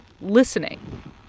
listening